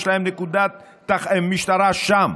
יש להם נקודת משטרה שם,